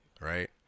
right